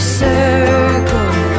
circle